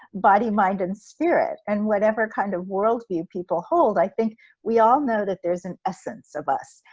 body, mind and spirit and whatever kind of worldview people hold, i think we all know that there's an essence of us.